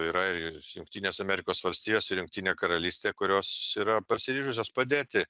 yra i jungtinės amerikos valstijos ir jungtinė karalystė kurios yra pasiryžusios padėti